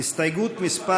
הסתייגות מס'